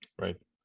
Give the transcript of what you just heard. Right